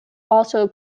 also